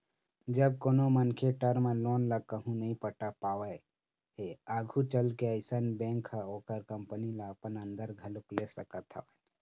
जब कोनो मनखे टर्म लोन ल कहूँ नइ पटा पावत हे आघू चलके अइसन बेंक ह ओखर कंपनी ल अपन अंदर घलोक ले सकत हवय